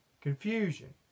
confusion